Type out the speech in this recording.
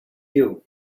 you